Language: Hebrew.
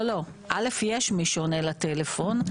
יש מי שעונה לטלפון.